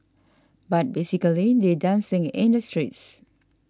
but basically they're dancing in the streets